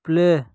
play